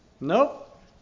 Nope